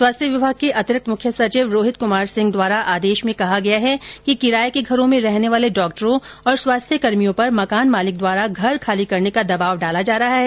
स्वास्थ्य विभाग के अतिरिक्त मुख्य सचिव रोहित कुमार सिंह द्वारा आदेश में कहा गया है कि किराए के घरों में रहने वाले डॉक्टरों और स्वास्थ्य कर्मियों पर मकान मालिक द्वारा घर खाली करने का दबाव डाला जा रहा है